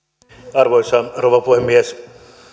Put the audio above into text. arvoisa rouva puhemies